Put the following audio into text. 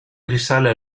risale